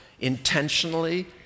intentionally